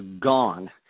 gone